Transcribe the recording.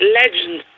legend